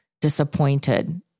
disappointed